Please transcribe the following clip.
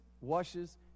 washes